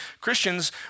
Christians